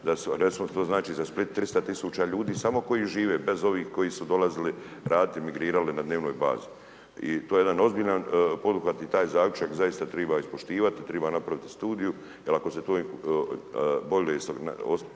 11 kilometara, to znači za Split 300 tisuća ljudi samo koji žive, bez ovih koji su dolazili radit, migrirali na dnevnoj bazi. I to je jedan ozbiljan poduhvat i taj zaključak zaista treba ispoštivati i treba napraviti studiju, jer ako se ta bolest